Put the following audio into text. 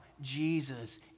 Jesus